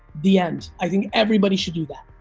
the end. i think everybody should do that.